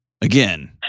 again